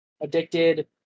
Addicted